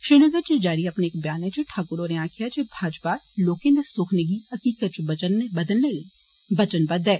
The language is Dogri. श्रीनगर च जारी अपने इक ब्यानै च ठाकुर होरें आक्खेआ जे भाजपा लोकें दे सुखने गी हकीकत च बदलने लेई वचनबद्व ऐ